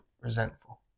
resentful